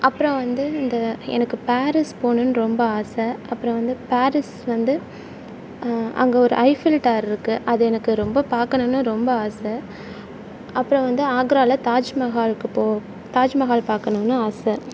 அப்புறம் வந்து இந்த எனக்கு பேரிஸ் போகணுன்னு ரொம்ப ஆசை அப்புறம் வந்து பேரிஸ் வந்து அங்கே ஒரு ஐஃபில் டவர் இருக்குது அது எனக்கு ரொம்ப பார்க்கணுன்னு ரொம்ப ஆசை அப்புறம் வந்து ஆக்ராவில் தாஜ்மஹால்க்கு போ தாஜ்மஹால் பார்க்கணுன்னு ஆசை